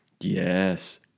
Yes